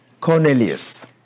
Cornelius